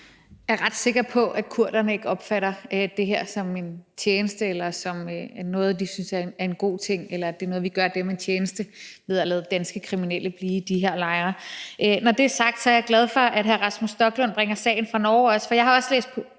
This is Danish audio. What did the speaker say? Jeg er ret sikker på, at kurderne ikke opfatter det her som en tjeneste eller som en god ting, eller at det er noget med, at vi gør dem en tjeneste ved at lade danske kriminelle blive i de her lejre. Når det er sagt, er jeg glad for, at hr. Rasmus Stoklund bringer sagen fra Norge op, for jeg har også læst